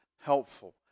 helpful